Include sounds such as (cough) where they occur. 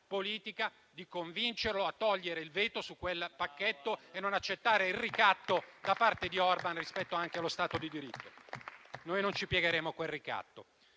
politica, di convincerlo a togliere il veto su quel pacchetto (applause) e non accettare il ricatto da parte di Orban rispetto anche allo Stato di diritto. Noi non ci piegheremo a quel ricatto.